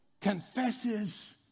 confesses